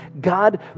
God